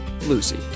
Lucy